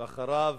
אחריו,